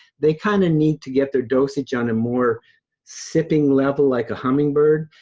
they kind of need to get their dosage on a more sipping level like a hummingbird.